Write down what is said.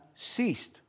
ceased